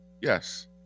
Yes